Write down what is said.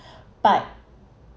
but